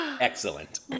Excellent